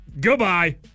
goodbye